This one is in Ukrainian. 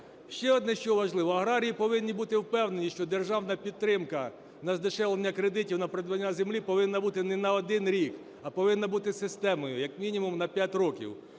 Ще одне, що важливо. Аграрії повинні бути впевнені, що державна підтримка на здешевлення кредитів на придбання землі повинна бути не на один рік, а повинні бути системою, як мінімум, на 5 років.